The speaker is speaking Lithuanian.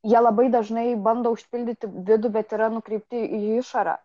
jie labai dažnai bando užpildyti vidų bet yra nukreipti į išorę